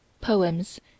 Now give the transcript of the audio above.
poems